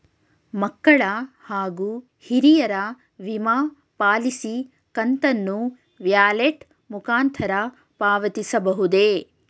ಮಕ್ಕಳ ಹಾಗೂ ಹಿರಿಯರ ವಿಮಾ ಪಾಲಿಸಿ ಕಂತನ್ನು ವ್ಯಾಲೆಟ್ ಮುಖಾಂತರ ಪಾವತಿಸಬಹುದೇ?